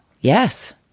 yes